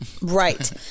Right